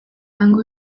hango